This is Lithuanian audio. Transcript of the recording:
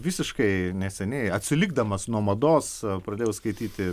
visiškai neseniai atsilikdamas nuo mados pradėjau skaityti